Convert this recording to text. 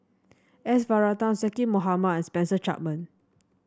S Varathan Zaqy Mohamad and Spencer Chapman